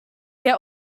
get